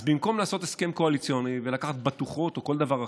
אז במקום לעשות הסכם קואליציוני ולקחת בטוחות או כל דבר אחר,